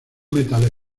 metales